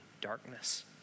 darkness